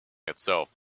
itself